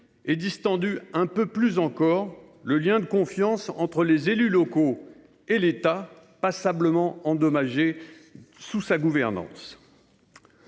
distendant un peu plus encore le lien de confiance entre ceux-ci et l’État, lien passablement endommagé sous sa gouvernance.